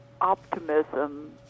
optimism